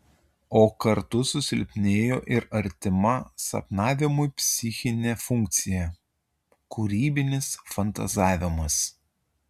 o kartu susilpnėjo ir artima sapnavimui psichinė funkcija kūrybinis fantazavimas